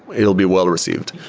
it will be well-received.